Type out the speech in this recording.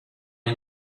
این